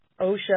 OSHA